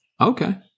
Okay